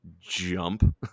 jump